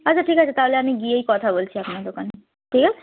আচ্ছা ঠিক আছে তাহলে আমি গিয়েই কথা বলছি আপনার দোকানে ঠিক আছে